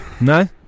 No